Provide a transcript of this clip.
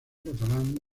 catalán